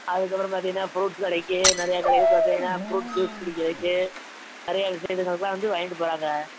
அதுக்கப்புறம் பார்த்தீங்கன்னா ஃப்ரூட்ஸ் கடைக்கு நிறைய கடையில்ப் பார்த்தீங்கன்னா ஃப்ரூட் ஜூஸ் குடிக்கிறதுக்கு நிறைய விசேஷங்களுக்குலாம் வந்து வாங்கிட்டுப் போகிறாங்க